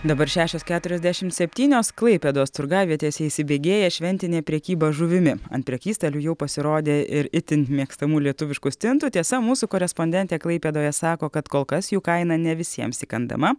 dabar šešios keturiasdešimt septynios klaipėdos turgavietėse įsibėgėja šventinė prekyba žuvimi ant prekystalių jau pasirodė ir itin mėgstamų lietuviškų stintų tiesa mūsų korespondentė klaipėdoje sako kad kol kas jų kaina ne visiems įkandama